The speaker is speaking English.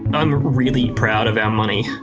i'm really proud of our money.